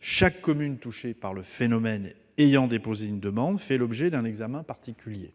Chaque commune touchée par le phénomène et ayant déposé une demande fait l'objet d'un examen particulier.